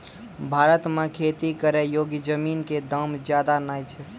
भारत मॅ खेती करै योग्य जमीन कॅ दाम ज्यादा नय छै